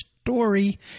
story